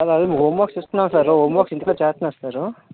sir homeworks ఇస్తున్నాము sir homeworks ఇంటికాడ చేస్తున్నాడా సారు